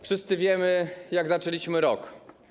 Wszyscy wiemy, jak zaczęliśmy rok.